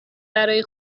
برای